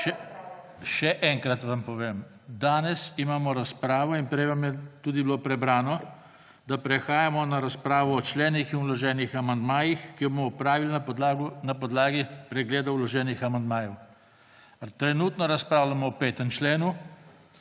še enkrat vam povem. Danes imamo razpravo in prej vam je bilo tudi prebrano, da prehajamo na razpravo o členih in vloženih amandmajih, ki jo bomo opravili na podlagi pregleda vloženih amandmajev. Trenutno razpravljamo o 5. členu,